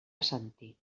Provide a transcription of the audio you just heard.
assentí